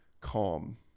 calm